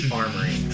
armory